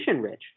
rich